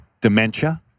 dementia